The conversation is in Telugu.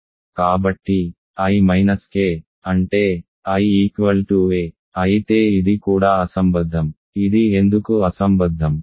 కాబట్టి i మైనస్ k అంటే i a అయితే ఇది కూడా అసంబద్ధం ఇది ఎందుకు అసంబద్ధం